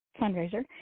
Fundraiser